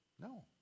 no